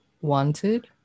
wanted